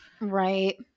right